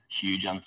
huge